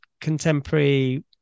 contemporary